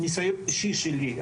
מניסיון אישי שלי,